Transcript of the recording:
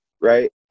right